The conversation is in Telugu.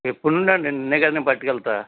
ఎప్పటి నుండండి నిన్నే కదా నేను పట్టుకెళ్తా